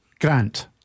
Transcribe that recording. Grant